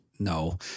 No